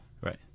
Right